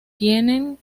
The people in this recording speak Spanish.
tienen